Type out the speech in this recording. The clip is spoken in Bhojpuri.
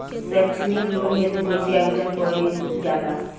सैक्षणिक लोन हेतु कइसे आवेदन कइल जाला?